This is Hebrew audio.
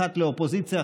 אחת לאופוזיציה,